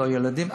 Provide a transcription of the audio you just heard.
לא הילדים,